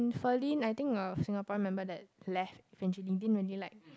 Ferlyn I think a Singaporean member that left when you like